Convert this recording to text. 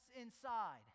inside